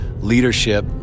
leadership